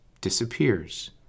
disappears